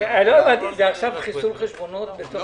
זה עכשיו חיסול חשבונות בתוך הוועדה?